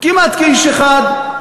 כמעט כאיש אחד,